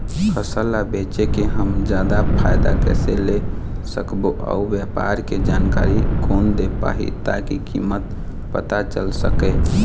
फसल ला बेचे के हम जादा फायदा कैसे ले सकबो अउ व्यापार के जानकारी कोन दे पाही ताकि कीमत पता चल सके?